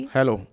Hello